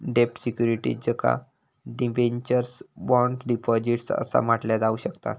डेब्ट सिक्युरिटीजका debentures, bonds, deposits असा म्हटला जाऊ शकता